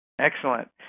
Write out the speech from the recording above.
Excellent